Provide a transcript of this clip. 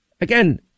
again